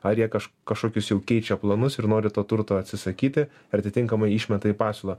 ar jie kaž kažkokius jau keičia planus ir nori to turto atsisakyti atitinkamai išmeta į pasiūlą